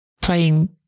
playing